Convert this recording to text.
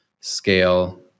scale